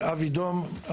אבי דום,